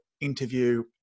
interview